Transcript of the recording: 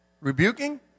rebuking